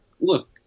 look